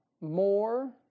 more